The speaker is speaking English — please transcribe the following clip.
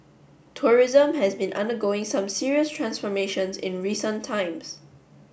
tourism has been undergoing some serious transformations in recent times